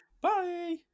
Bye